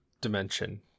dimension